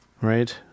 Right